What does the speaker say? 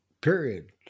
Period